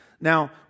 Now